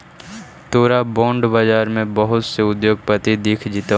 तोरा बॉन्ड बाजार में बहुत से उद्योगपति दिख जतो